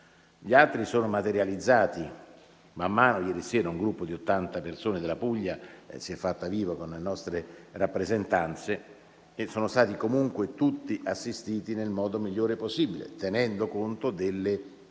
Gli altri si sono materializzati man mano, ad esempio ieri sera un gruppo di 80 persone della Puglia si è fatto vivo con le nostre rappresentanze e sono stati comunque tutti assistiti nel modo migliore possibile, tenendo conto delle difficoltà.